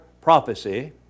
prophecy